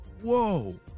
Whoa